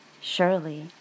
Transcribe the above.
surely